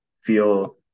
feel